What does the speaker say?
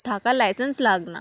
थाका लायसंस लागना